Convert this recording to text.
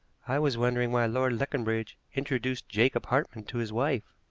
i was wondering why lord leconbridge introduced jacob hartmann to his wife.